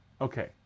Okay